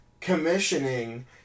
commissioning